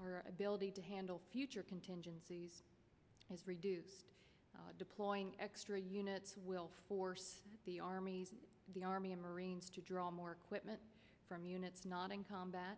our ability to handle future contingencies is reduced deploying extra units will force the army the army and marines to draw more equipment from units not in combat